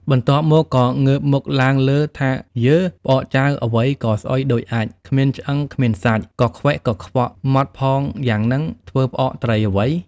បន្ទាប់មកក៏ងើបមុខឡើងលើ់ថា“យើ ផ្អកចាវអ្វីក៏ស្អុយដូចអាចម៏ គ្មានឆ្អឹង គ្មានសាច់ កខ្វិចកខ្វក់ ហ្មត់ផងយ៉ាងហ្នឹង ធ្វើផ្អកត្រីអ្វី?។